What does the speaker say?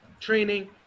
training